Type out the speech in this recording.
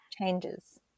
changes